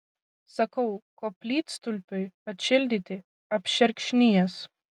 sakau koplytstulpiui atšildyti apšerkšnijęs